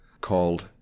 called